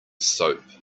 soap